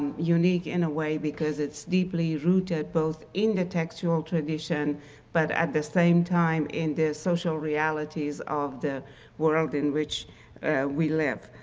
unique in a way because it's deeply rooted both in the textual tradition but at the same time in the social realities of the world in which we live.